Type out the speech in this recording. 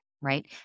right